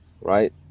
right